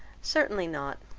certainly not.